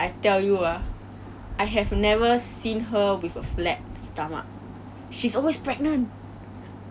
in a in a way that we understand and in a way that we really love the subject